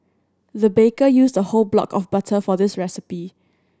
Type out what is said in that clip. the baker used a whole block of butter for this recipe